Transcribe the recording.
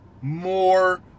more